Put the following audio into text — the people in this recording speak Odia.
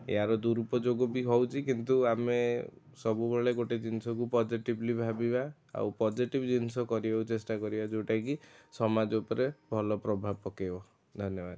ଏହାର ଦୁରୁପଯୋଗ ବି ହେଉଛି କିନ୍ତୁ ଆମେ ସବୁବେଳେ ଗୋଟେ ଜିନିଷକୁ ପଜେଟିଭ୍ଲି ଭାବିବା ଆଉ ପଜେଟିଭ୍ ଜିନିଷ କରିବାକୁ ଚେଷ୍ଟା କରିବା ଯେଉଁଟା କି ସମାଜ ଉପରେ ଭଲ ପ୍ରଭାବ ପକାଇବ ଧନ୍ୟବାଦ